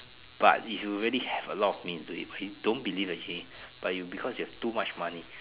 but if you really have a lot of means do it don't believe actually but because you have too much money